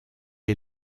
est